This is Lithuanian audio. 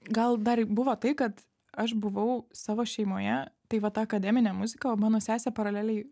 gal dar buvo tai kad aš buvau savo šeimoje tai va ta akademinė muzika o mano sesė paraleliai